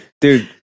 Dude